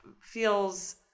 feels